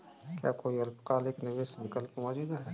क्या कोई अल्पकालिक निवेश विकल्प मौजूद है?